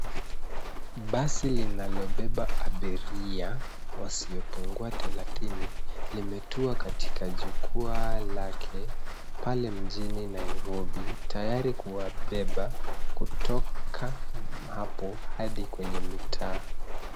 Basi linalobeba abiria wasiyopungua thelathini limetua katika jukwaa lake pale mjini wa nairobi tayari kuwabeba kutoka hapo hadi kwenye mitaa.